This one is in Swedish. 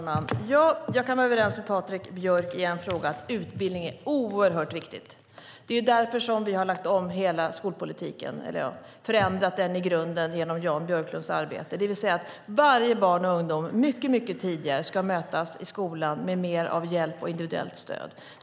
Fru talman! Jag kan vara överens med Patrik Björck i en fråga: Utbildning är oerhört viktigt. Det är därför som vi har lagt om hela skolpolitiken och förändrat den i grunden genom Jan Björklunds arbete. Det vill säga att varje barn och ungdom mycket tidigare ska mötas i skolan med mer av hjälp och individuellt stöd.